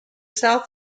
south